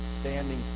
Standing